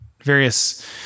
various